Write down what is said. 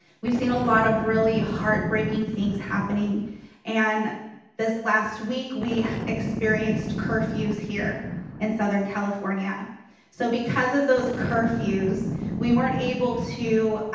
we've seen a lot of really heartbreaking things happening and this last week we experienced curfews here in southern california so because of those curfews we weren't able to